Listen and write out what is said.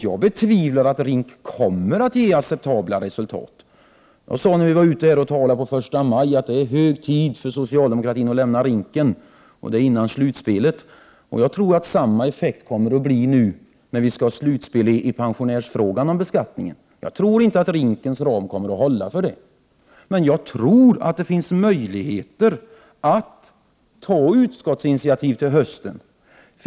Jag betvivlar att RINK kommer att ge acceptabla resultat. Jag sade när vi var ute och talade på första maj att det är hög tid för socialdemokratin att lämna RINK-en, och det före slutspelet. Jag tror att det kommer att bli samma effekt nu, när vi skall ha slutspel i fråga om beskattningen av pensionärerna. Jag tror inte att RINK:s ram kommer att hålla för det. Men jag tror att det finns möjligheter att ta utskottsinitiativ till hösten.